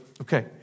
okay